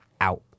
out